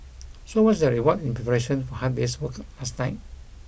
so what's their reward in preparation for a hard day's work last night